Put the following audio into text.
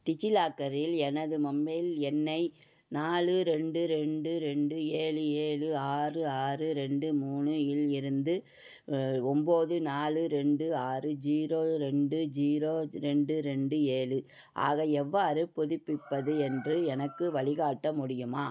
டிஜிலாக்கரில் எனது மொபைல் எண்ணை நாலு ரெண்டு ரெண்டு ரெண்டு ஏழு ஏழு ஆறு ஆறு ரெண்டு மூணு இல் இருந்து ஒம்பது நாலு ரெண்டு ஆறு ஜீரோ ரெண்டு ஜீரோ ரெண்டு ரெண்டு ஏழு ஆக எவ்வாறு புதுப்பிப்பது என்று எனக்கு வழிக்காட்ட முடியுமா